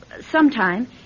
Sometime